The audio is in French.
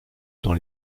dans